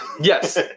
Yes